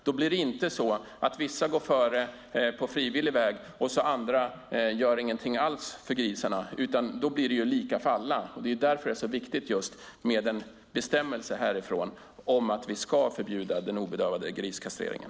Då kommer inte vissa att gå före på frivillig väg och andra inte göra något alls för grisarna, utan det blir lika för alla. Därför är det viktigt med en bestämmelse härifrån om ett förbud mot den obedövade griskastreringen.